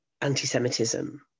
anti-Semitism